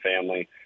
family